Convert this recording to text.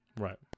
Right